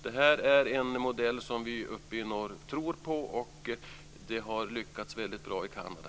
Detta är en modell som vi uppe i norr tror på, och man har lyckats väldigt bra i Kanada.